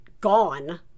gone